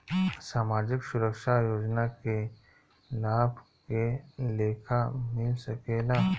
सामाजिक सुरक्षा योजना के लाभ के लेखा मिल सके ला?